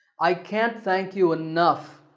i can't thank you enough.